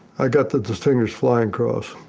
i got the distinguished flying cross.